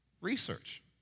research